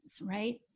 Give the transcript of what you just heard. right